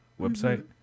website